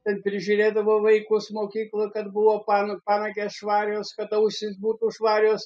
ten prižiūrėdavo vaikus mokykla kad buvo pan panagės švarios kad ausys būtų švarios